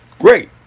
great